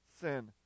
sin